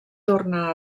torna